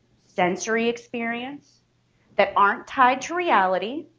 sensory experience that aren't tied to reality